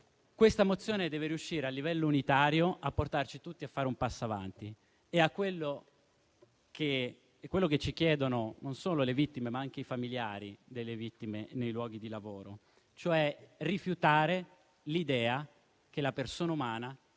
Questa mozione deve riuscire a livello unitario a portarci tutti a fare un passo avanti: è quello che ci chiedono non solo le vittime, ma anche i familiari delle vittime nei luoghi di lavoro. Bisogna cioè rifiutare l'idea che la persona umana,